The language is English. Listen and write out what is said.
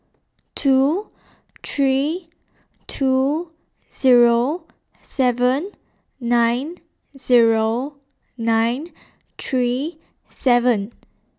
two three two Zero seven nine Zero nine three seven